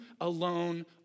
alone